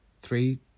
three